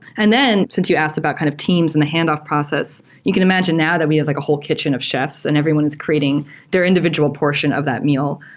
and then since you asked about kind of teams in the handoff process, you can imagine now that we have like a whole kitchen of chefs and everyone's creating their individual portion of that meal.